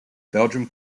belgium